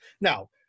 Now